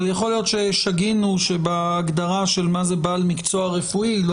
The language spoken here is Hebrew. אבל יכול להיות ששגינו שבהגדרה של מה זה בעל מקצוע רפואי לא